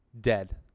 dead